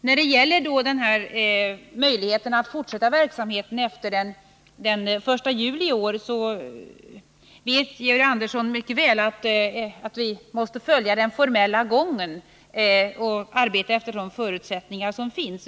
När det gäller möjligheten att fortsätta verksamheten efter den 1 juli i år, så vet Georg Andersson mycket väl att vi måste följa den formella gången och arbeta efter de förutsättningar som finns.